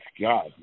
God